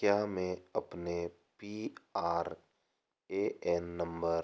क्या मैं अपने P R A N number